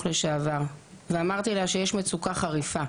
לשעבר ואמרתי לה שיש מצוקה חריפה,